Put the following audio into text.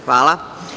Hvala.